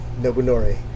Nobunori